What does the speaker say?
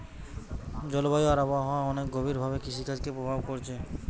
জলবায়ু আর আবহাওয়া অনেক গভীর ভাবে কৃষিকাজকে প্রভাব কোরছে